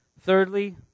Thirdly